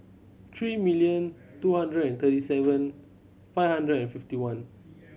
three million two hundred and thirty seven five hundred and fifty one